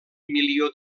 milió